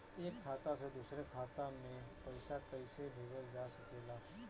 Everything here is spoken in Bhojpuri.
एक खाता से दूसरे खाता मे पइसा कईसे भेजल जा सकेला?